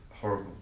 horrible